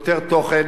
יותר תוכן,